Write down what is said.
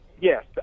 yes